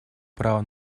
права